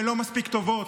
שהן לא מספיק טובות,